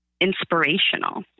inspirational